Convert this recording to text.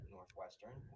Northwestern